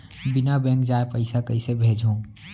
बिना बैंक जाए पइसा कइसे भेजहूँ?